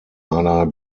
einer